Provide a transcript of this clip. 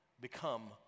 become